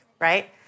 right